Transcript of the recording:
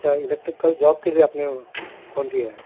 اچھا electrical job کے لیے آپ نے فون کیا ہے